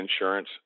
insurance